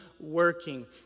Working